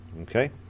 okay